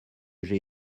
j’ai